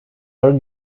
are